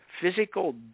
physical